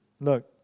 look